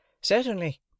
Certainly